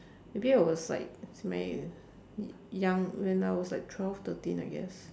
maybe I was like young when I was like twelve thirteen I guess